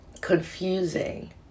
confusing